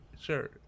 sure